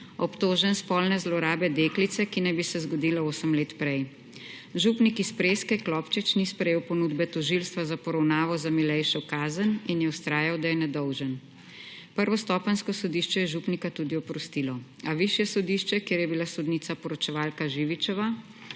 obtožen spolne zlorabe deklice, ki naj bi se zgodila osem let prej. Župnik iz Preske Klopčič ni sprejel ponudbe tožilstva za poravnavo za milejšo kazen in je vztrajal, da je nedolžen. Prvostopenjsko sodišče je župnika tudi oprostilo, a Višje sodišče, kjer je bila sodnica poročevalka Živičeva,